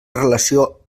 relació